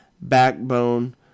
backbone